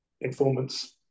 informants